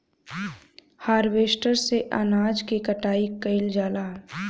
harvester से अनाज के कटाई कइल जाला